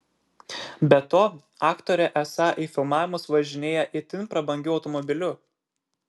be to aktorė esą į filmavimus važinėja itin prabangiu automobiliu